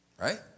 Right